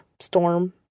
storm